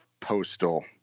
Postal